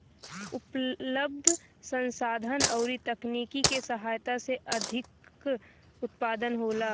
उपलब्ध संसाधन अउरी तकनीकी के सहायता से अधिका उत्पादन होला